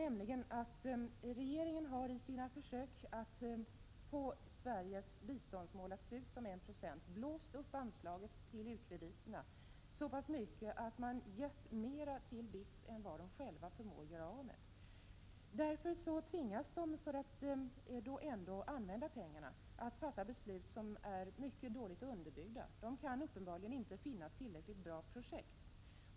Regeringen har, i sina försök att få Sveriges biståndsmål att se ut som en procent, blåst upp anslaget till u-krediterna så pass mycket att man gett mer till BITS än vad BITS förmår göra av med. Därför tvingas BITS, för att ändå använda pengarna, att fatta beslut som är mycket dåligt underbyggda. BITS kan uppenbarligen inte finna tillräckligt bra projekt.